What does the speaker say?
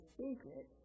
secret